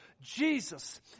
Jesus